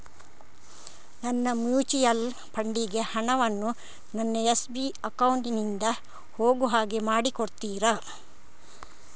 ನನ್ನ mutual fund ಗೆ ಹಣ ವನ್ನು ನನ್ನ ಎಸ್.ಬಿ ಅಕೌಂಟ್ ನಿಂದ ಹೋಗು ಹಾಗೆ ಮಾಡಿಕೊಡುತ್ತೀರಾ?